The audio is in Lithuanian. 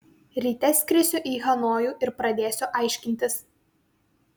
ryte skrisiu į hanojų ir pradėsiu aiškintis